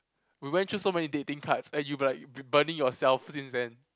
we went through so many dating cards and you been like burning yourself since then